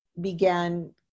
began